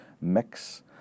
mix